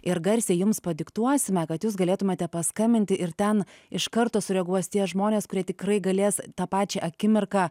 ir garsiai jums padiktuosime kad jūs galėtumėte paskambinti ir ten iš karto sureaguos tie žmonės kurie tikrai galės tą pačią akimirką